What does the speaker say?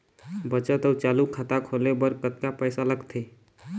बचत अऊ चालू खाता खोले बर कतका पैसा लगथे?